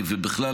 ובכלל,